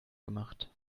gemacht